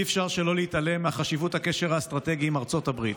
אי-אפשר להתעלם מחשיבות הקשר האסטרטגי עם ארצות הברית.